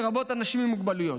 לרבות אנשים עם מוגבלויות.